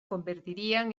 convertirían